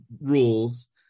rules